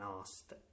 asked